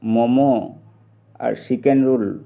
ম'ম' আৰু chicken roll